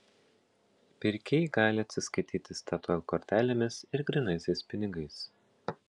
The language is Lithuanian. pirkėjai gali atsiskaityti statoil kortelėmis ir grynaisiais pinigais